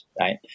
right